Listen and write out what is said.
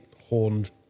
horned